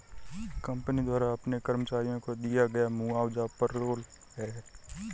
company द्वारा अपने कर्मचारियों को दिया गया मुआवजा पेरोल है